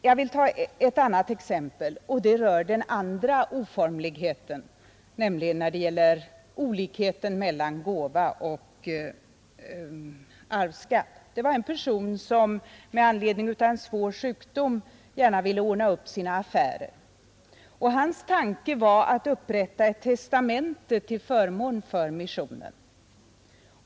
Jag vill ta ett annat exempel, och det rör den andra oformligheten, nämligen olikheten mellan gåvooch arvsskatt. Det var en person som med anledning av en svår sjukdom gärna ville ordna upp sina affärer, och hans tanke var att upprätta ett testamente till förmån för missionen.